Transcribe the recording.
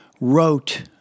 wrote